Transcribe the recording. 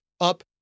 up